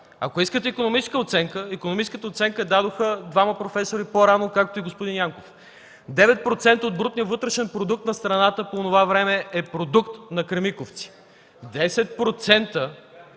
Ако искате икономическа оценка – икономическата оценка я дадоха двама професори по-рано, както и господин Янков. Девет процента от брутния вътрешен продукт на страната по онова време е продукт на „Кремиковци”.